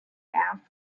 asked